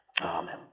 Amen